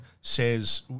says